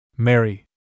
Mary